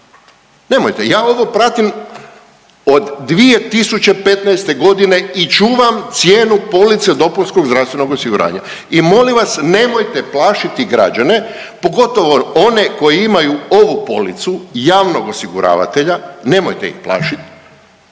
nemojte. Ja ovo pratim od 2015. godine i čuvam cijenu police dopunskog zdravstvenog osiguranja i molim vas nemojte plašiti građane pogotovo one koji imaju ovu policu javnog osiguravatelja, nemojte ih plašit